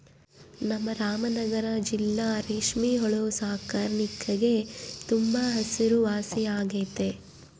ನಮ್ ರಾಮನಗರ ಜಿಲ್ಲೆ ರೇಷ್ಮೆ ಹುಳು ಸಾಕಾಣಿಕ್ಗೆ ತುಂಬಾ ಹೆಸರುವಾಸಿಯಾಗೆತೆ